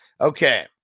okay